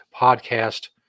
Podcast